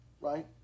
right